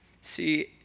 See